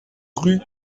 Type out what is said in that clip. rue